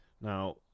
Now